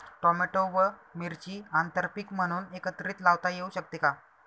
Tomato व मिरची आंतरपीक म्हणून एकत्रित लावता येऊ शकते का?